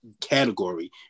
category